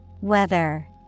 Weather